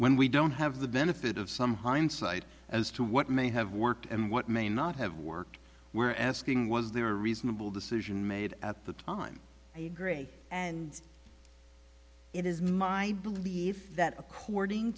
when we don't have the benefit of some hindsight as to what may have worked and what may not have worked we're asking was there a reasonable decision made at the time i agree and it is my belief that according